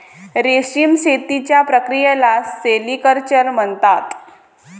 रेशीम शेतीच्या प्रक्रियेला सेरिक्चर म्हणतात